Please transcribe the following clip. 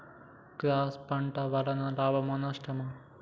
Cross పంట వలన లాభమా నష్టమా?